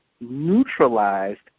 neutralized